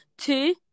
Two